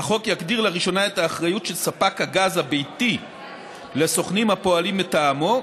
החוק יגדיר לראשונה את האחריות של ספק הגז הביתי לסוכנים הפועלים מטעמו,